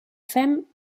fem